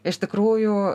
iš tikrųjų